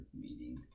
meeting